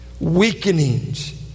weakenings